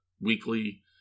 weekly